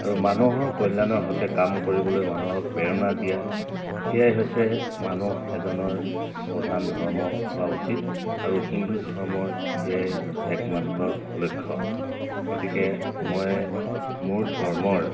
আৰু মানুহৰ কল্যাণৰ হকে কাম কৰিবলৈ মানুহক প্ৰেৰণা দিয়া এয়াই হৈছে মানুহ এজনৰ প্ৰধান ধৰ্ম হোৱা উচিত আৰু হিন্দু ধৰ্মৰ এয়াই একমাত্ৰ লক্ষ্য গতিকে মই মোৰ ধৰ্মৰ